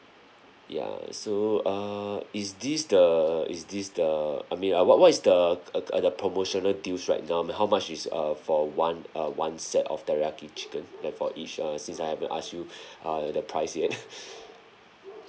ya so err is this the is this the I mean uh what what is the uh uh the promotional deals right now m~ how much is uh for one uh one set of teriyaki chicken and for each uh since I haven't ask you uh the price yet